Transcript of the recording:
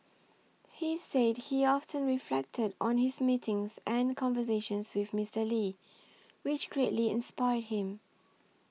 he said he often reflected on his meetings and conversations with Mister Lee which greatly inspired him